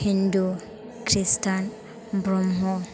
हिन्दु ख्रिस्तान ब्रम्ह